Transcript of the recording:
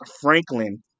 Franklin